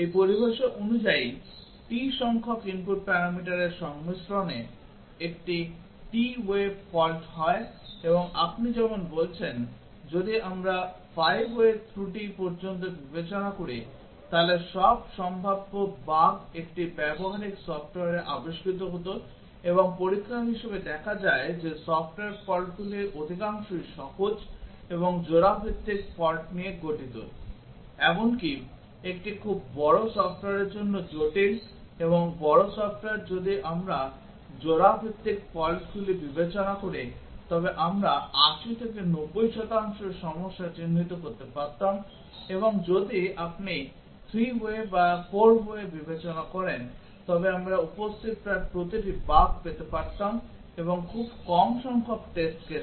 এই পরিভাষা অনুযায়ী t সংখ্যক input প্যারামিটারের সংমিশ্রণে একটি t ওয়ে ফল্ট হয় এবং আপনি যেমন বলছেন যদি আমরা 5 way ত্রুটি পর্যন্ত বিবেচনা করি তাহলে সব সম্ভাব্য বাগ একটি ব্যবহারিক সফটওয়্যারে আবিষ্কৃত হতো এবং পরীক্ষা হিসাবে দেখা যায় যে সফ্টওয়্যার ফল্টগুলির অধিকাংশই সহজ এবং জোড়া ভিত্তিক ফল্ট নিয়ে গঠিত এমনকি একটি খুব বড় সফটওয়্যারের জন্য জটিল এবং বড় সফ্টওয়্যার যদি আমরা জোড়া ভিত্তিক ফল্টগুলি বিবেচনা করি তবে আমরা 80 90 শতাংশ সমস্যা চিহ্নিত করতে পারতাম এবং যদি আপনি 3 way বা 4 way বিবেচনা করেন তবে আমরা উপস্থিত প্রায় প্রতিটি বাগ পেতে পারতাম এবং খুব কম সংখ্যক টেস্ট কেসে